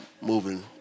moving